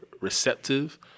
receptive